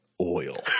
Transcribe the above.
oil